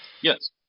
Yes